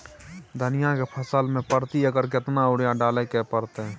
धनिया के फसल मे प्रति एकर केतना यूरिया डालय के परतय?